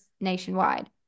nationwide